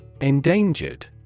Endangered